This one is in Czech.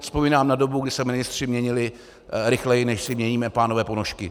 Vzpomínám na dobu, kdy se ministři měnili rychleji, než si měníme, pánové, ponožky.